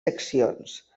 seccions